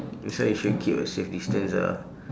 that's why you should keep a safe distance ah